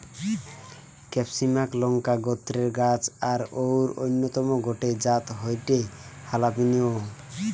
ক্যাপসিমাক লংকা গোত্রের গাছ আর অউর অন্যতম গটে জাত হয়ঠে হালাপিনিও